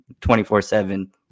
24-7